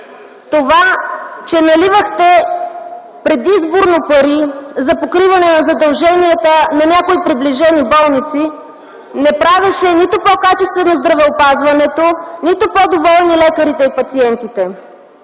Това че наливахте предизборно пари за покриване на задълженията на някои приближени болници не правеше нито по-качествено здравеопазването, нито по-доволни лекарите и пациентите.